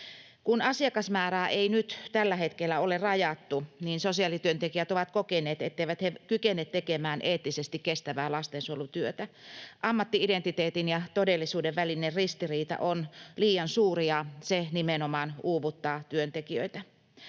Kun asiakasmäärää ei nyt tällä hetkellä ole rajattu, niin sosiaalityöntekijät ovat kokeneet, etteivät he kykene tekemään eettisesti kestävää lastensuojelutyötä. Ammatti-identiteetin ja todellisuuden välinen ristiriita on liian suuri, ja se nimenomaan uuvuttaa työntekijöitä.